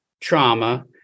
trauma